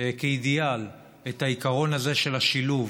כאידיאל את העיקרון הזה של השילוב,